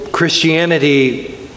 Christianity